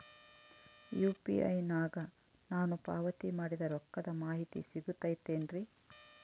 UPI ನಾಗ ನಾನು ಪಾವತಿ ಮಾಡಿದ ರೊಕ್ಕದ ಮಾಹಿತಿ ಸಿಗುತೈತೇನ್ರಿ?